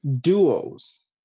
duos